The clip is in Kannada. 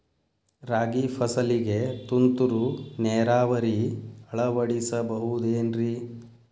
ರಾಗಿ ಫಸಲಿಗೆ ತುಂತುರು ನೇರಾವರಿ ಅಳವಡಿಸಬಹುದೇನ್ರಿ?